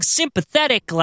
sympathetic